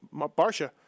Barsha